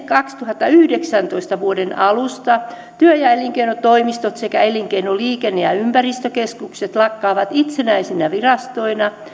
kaksituhattayhdeksäntoista alusta työ ja ja elinkeinotoimistot sekä elinkeino liikenne ja ja ympäristökeskukset lakkaavat itsenäisinä virastoina